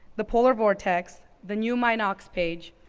the polar vortex, the new my knox page,